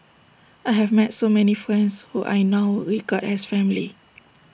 I have met so many friends who I now regard as family